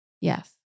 Yes